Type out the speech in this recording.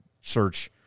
search